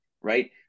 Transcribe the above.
right